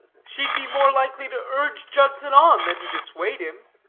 she'd be more likely to urge judson on than to dissuade him.